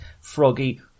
froggy